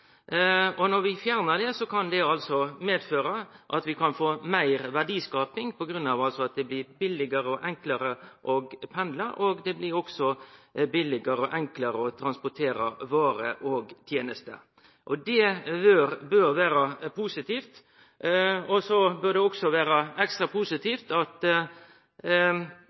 Når vi fjernar gjelda, kan det medføre at vi får meir verdiskaping på grunn av at det blir billegare og enklare å pendle, og det blir også billegare og enklare å transportere varer og tenester. Det bør vere positivt. Det bør også vere ekstra positivt at